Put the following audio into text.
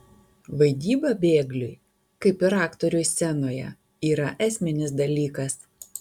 vaidyba bėgliui kaip ir aktoriui scenoje yra esminis dalykas